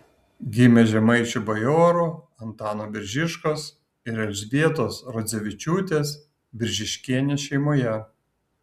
gimė žemaičių bajorų antano biržiškos ir elzbietos rodzevičiūtės biržiškienės šeimoje